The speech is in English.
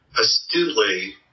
astutely